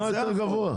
מה יותר גבוה?